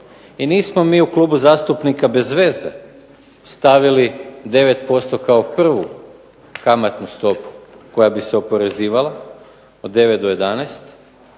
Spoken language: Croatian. i nismo mi u klubu zastupnika bez veze stavili 9% kao prvu kamatnu stopu koja bi se oporezivala od 9 do 11